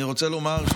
ואני רוצה לומר,